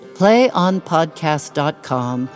playonpodcast.com